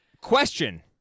Question